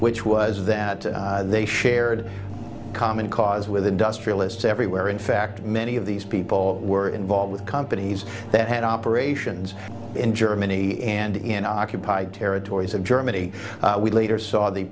which was that they shared common cause with industrialists everywhere in fact many of these people were involved with companies that had operations in germany and in occupied territories and germany we later saw the